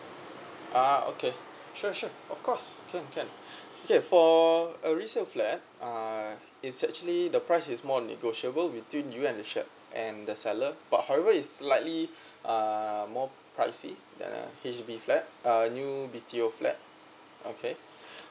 ah okay sure sure of course can can okay for a resale flat uh it's actually the price is more on negotiable between you and the flat and the seller but however is slightly uh more pricy than a H_D_B flat uh new B_T_O flat okay